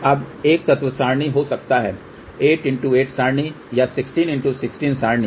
अब एक तत्व सरणी हो सकता है 8 x 8 सरणी या 16 x 16 सरणी